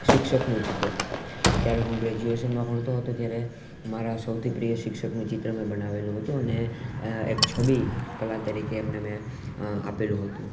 શિક્ષકનું ચિત્ર જ્યારે હું ગ્રેજ્યુએશનમાં ભણતો હતો ત્યારે મારા સૌથી પ્રિય શિક્ષકનું ચિત્ર મેં બનાવેલું હતું અને એક છબી કલા તરીકે એમને મેં આપેલું હતું